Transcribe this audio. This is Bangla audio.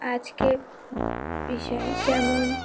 আজকের বিষয় যেমন